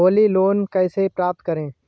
Holi loan को कैसे प्राप्त करें?